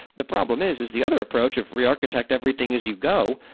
the problem is, is the other approach of re-architect everything is you go,